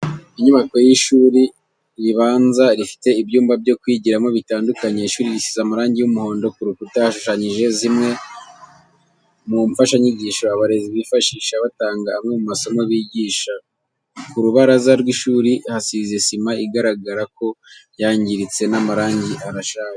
Inyubako y'ishuri ribanza rifite ibyumba byo kwigiramo bitandukanye, ishuri risize amarangi y'umuhondo, ku rukuta hashushanyijeho zimwe mu mfashanyigisho abarezi bifashisha batanga amwe mu masomo bigisha. Ku rubaraza rw'ishuri hasize sima igaragara ko yangiritse n'amarangi arashaje.